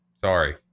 sorry